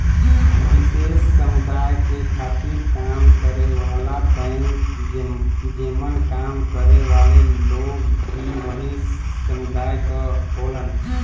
विशेष समुदाय के खातिर काम करे वाला बैंक जेमन काम करे वाले लोग भी वही समुदाय क होलन